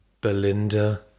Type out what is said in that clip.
Belinda